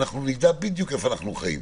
אנחנו נדע בדיוק היכן אנחנו חיים.